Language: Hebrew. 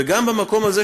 וגם במקום הזה,